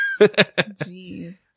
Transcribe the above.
Jeez